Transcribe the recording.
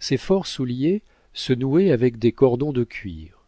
ses forts souliers se nouaient avec des cordons de cuir